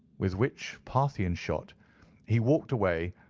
with which parthian shot he walked away,